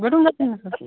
घडून जातेय ना सर